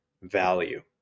value